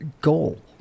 goal